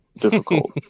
difficult